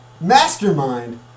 mastermind